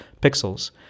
pixels